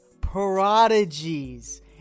prodigies